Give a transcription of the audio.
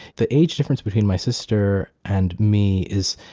the age difference between my sister and me is